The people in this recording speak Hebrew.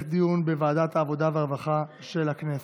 דיון בוועדת העבודה והרווחה של הכנסת.